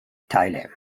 teile